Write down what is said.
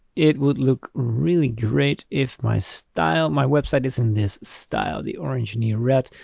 it would look really great. if my style my website is in this style, the orange and the red.